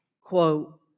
quote